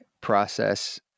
process